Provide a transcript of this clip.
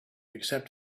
accept